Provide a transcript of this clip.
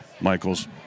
michael's